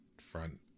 front